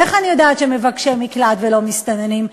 איך אני יודעת שהם מבקשי מקלט ולא מסתננים?